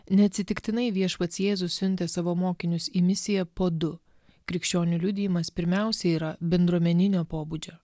neatsitiktinai viešpats jėzus siuntė savo mokinius į misiją po du krikščionių liudijimas pirmiausia yra bendruomeninio pobūdžio